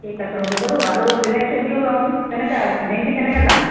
ঠিক আছে হ'ব বাৰু আৰু বেলেগ চবজিও ল'ম কেনেকুৱা ভেন্দি কেনেকুৱা দাম